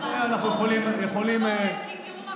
אנחנו לא הולכים אחרי אדם אחד,